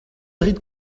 rit